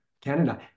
Canada